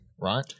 right